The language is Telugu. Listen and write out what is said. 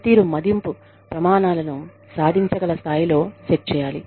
పనితీరు మదింపు ప్రమాణాలను సాధించగల స్థాయిలో సెట్ చేయాలి